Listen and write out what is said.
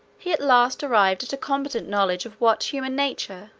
he at last arrived at a competent knowledge of what human nature,